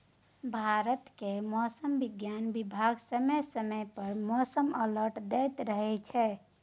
भारतक मौसम बिज्ञान बिभाग समय समय पर मौसम अलर्ट दैत रहै छै